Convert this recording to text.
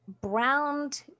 browned